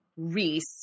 Reese